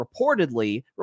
reportedly